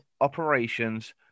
operations